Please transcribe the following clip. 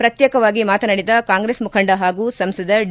ಪ್ರತ್ಯೇಕವಾಗಿ ಮಾತನಾಡಿದ ಕಾಂಗ್ರೆಸ್ ಮುಖಂಡ ಹಾಗೂ ಸಂಸದ ಡಿ